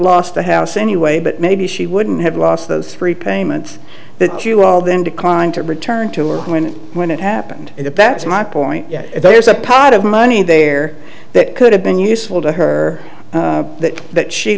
lost the house anyway but maybe she wouldn't have lost those three payments that you all then declined to return to when when it happened and that that's my point there's a pot of money there that could have been useful to her that that she